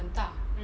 很大